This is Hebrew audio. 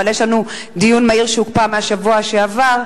אבל יש לנו דיון מהיר שהוקפא מהשבוע שעבר,